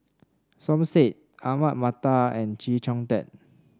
Som Said Ahmad Mattar and Chee Kong Tet